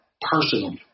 personal